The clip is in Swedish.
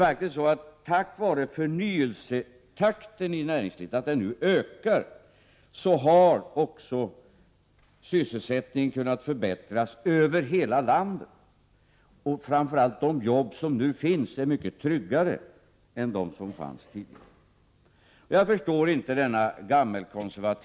Tack vare att förnyelsetakten i näringslivet nu ökar har också sysselsättningen kunnat förbättras över hela landet. Framför allt är de jobb som nu finns mycket tryggare än de som fanns tidigare. Jag förstår inte denna gammelkonserva — Prot.